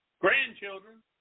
Grandchildren